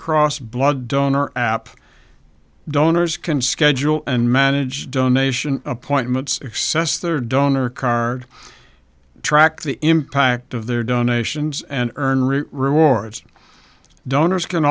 cross blood donor app donors can schedule and manage donation appointments access their donor card track the impact of their donations and earn real rewards donors can